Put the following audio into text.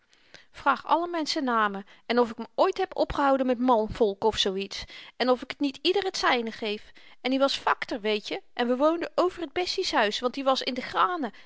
vraag alle menschen na me en of ik me ooit heb opgehouden met manvolk of zoo iets en of ik niet ieder t zyne geef en i was fakter weetje en we woonden over t bessieshuis want i was in de granen